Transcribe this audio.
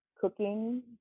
cooking